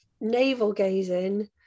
navel-gazing